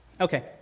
Okay